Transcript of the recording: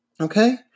Okay